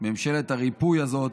ממשלת הריפוי הזאת,